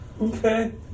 Okay